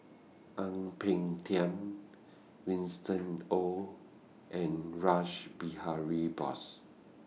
Ang Peng Tiam Winston Oh and Rash Behari Bose